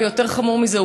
ויותר חמור מזה,